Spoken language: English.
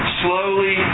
slowly